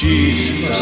Jesus